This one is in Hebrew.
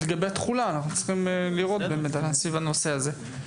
אז לגבי התחולה אנחנו צריכים לראות באמת סביב הנושא הזה.